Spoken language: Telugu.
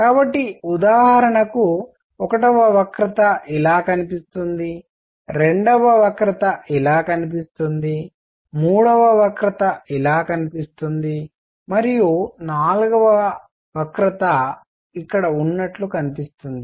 కాబట్టి ఉదాహరణకు ఒక వక్రత ఇలా కనిపిస్తుంది రెండవ వక్రత ఇలా కనిపిస్తుంది మూడవ వక్రత ఇలా కనిపిస్తుంది మరియు నాల్గవ వక్రత ఇక్కడ ఉన్నట్లు కనిపిస్తుంది